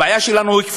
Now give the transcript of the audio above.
הבעיה שלנו היא כפולה: